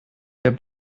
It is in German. der